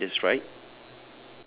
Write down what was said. ya that's right